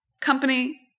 company